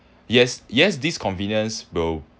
yes yes this convenience will